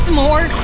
more